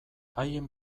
haien